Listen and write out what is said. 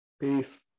peace